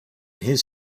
his